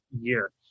year